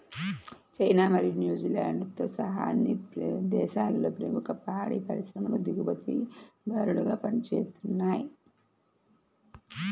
China మరియు న్యూజిలాండ్తో సహా అనేక దేశాలలో ప్రముఖ పాడి పరిశ్రమలు దిగుమతిదారులుగా పనిచేస్తున్నయ్